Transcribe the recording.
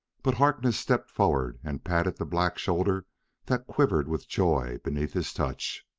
but harkness stepped forward and patted the black shoulder that quivered with joy beneath his touch.